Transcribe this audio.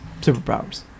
superpowers